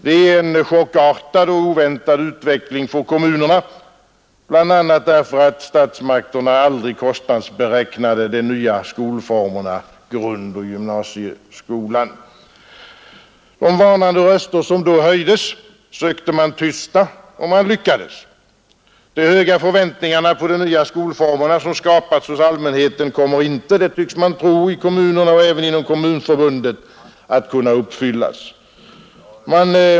Det är en chockartad och oväntad utveckling för kommunerna, bl.a. därför att statsmakterna aldrig kostnadsberäknat de nya skolformerna, grundskolan och gymnasieskolan. De varnande röster som då höjdes sökte man tysta och man lyckades. De höga förväntningarna på de nya skolformerna som skapats hos allmänheten kommer inte, det tycks man tro inom kommunerna och även inom Kommunförbundet, att kunna uppfyllas.